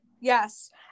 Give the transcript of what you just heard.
Yes